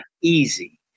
easy